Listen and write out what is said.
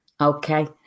Okay